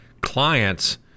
clients